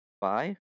Bye